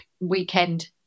weekend